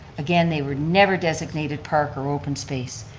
again, they were never designated park or open space.